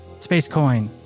SpaceCoin